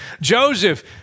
Joseph